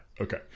Okay